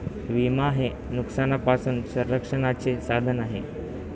विमा हे नुकसानापासून संरक्षणाचे साधन आहे